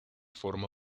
forma